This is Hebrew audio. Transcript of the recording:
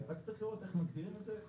רק צריך לראות איך מגדירים את זה.